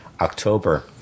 october